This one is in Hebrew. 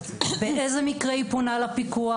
באיזה מקרה היא פונה לפיקוח.